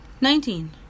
Nineteen